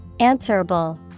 Answerable